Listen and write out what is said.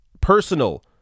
personal